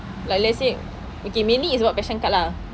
like let's say okay mainly is about passion card lah